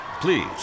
please